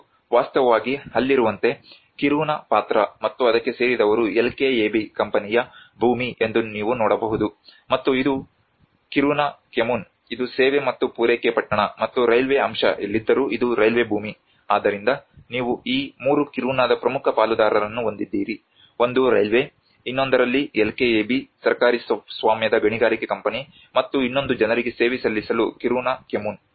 ಮತ್ತು ವಾಸ್ತವವಾಗಿ ಅಲ್ಲಿರುವಂತೆ ಕಿರುನಾ ಪಾತ್ರ ಮತ್ತು ಅದಕ್ಕೆ ಸೇರಿದವರು LKAB ಕಂಪನಿಯ ಭೂಮಿ ಎಂದು ನೀವು ನೋಡಬಹುದು ಮತ್ತು ಇದು ಕಿರುನಾ ಕೊಮ್ಮುನ್ ಇದು ಸೇವೆ ಮತ್ತು ಪೂರೈಕೆ ಪಟ್ಟಣ ಮತ್ತು ರೈಲ್ವೆ ಅಂಶ ಎಲ್ಲಿದ್ದರೂ ಇದು ರೈಲ್ವೆ ಭೂಮಿ ಆದ್ದರಿಂದ ನೀವು ಈ 3 ಕಿರುನಾದ ಪ್ರಮುಖ ಪಾಲುದಾರರನ್ನು ಹೊಂದಿದ್ದೀರಿ ಒಂದು ರೈಲ್ವೆ ಇನ್ನೊಂದರಲ್ಲಿ LKAB ಸರ್ಕಾರಿ ಸ್ವಾಮ್ಯದ ಗಣಿಗಾರಿಕೆ ಕಂಪನಿ ಮತ್ತು ಇನ್ನೊಂದು ಜನರಿಗೆ ಸೇವೆ ಸಲ್ಲಿಸಲು ಕಿರುನಾ ಕೊಮ್ಮುನ್